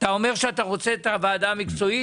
אתה אומר שאתה רוצה את הוועדה המקצועית?